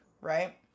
right